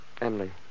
Emily